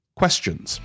questions